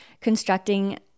constructing